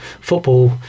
football